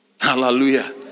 Hallelujah